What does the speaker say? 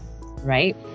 right